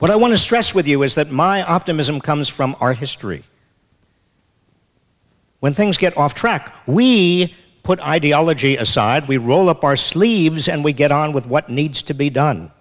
what i want to stress with you is that my optimism comes from our history when things get off track we put ideology aside we roll up our sleeves and we get on with what needs to be done